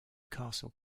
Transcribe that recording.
castle